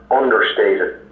understated